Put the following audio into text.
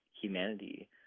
humanity